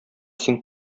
син